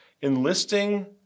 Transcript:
enlisting